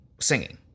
singing